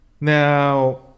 Now